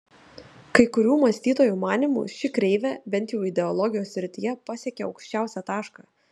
kai kurių mąstytojų manymu ši kreivė bent jau ideologijos srityje pasiekė aukščiausią tašką